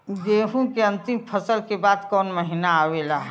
गेहूँ के अंतिम फसल के बाद कवन महीना आवेला?